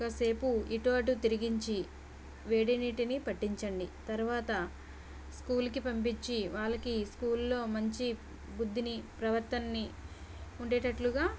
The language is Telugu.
కాసేపు ఇటు అటు తిరిగించి వేడినీటిని పట్టించండి తరువాత స్కూల్కి పంపించి వాళ్ళకి స్కూల్లో మంచి బుద్ధిని ప్రవర్తనని ఉండేటట్లుగా